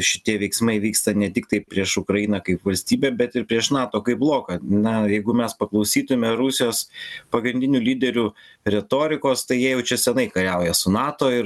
šitie veiksmai vyksta ne tiktai prieš ukrainą kaip valstybę bet ir prieš nato kaip bloką na jeigu mes paklausytume rusijos pagrindinių lyderių retorikos tai jie jau čia seniai kariauja su nato ir